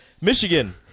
Michigan